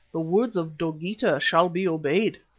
the words of dogeetah shall be obeyed.